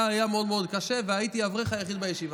היה מאוד מאוד קשה, והייתי האברך היחיד בישיבה.